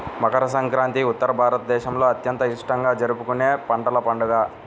మకర సంక్రాంతి ఉత్తర భారతదేశంలో అత్యంత ఇష్టంగా జరుపుకునే పంటల పండుగ